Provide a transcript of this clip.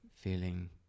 feeling